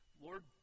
Lord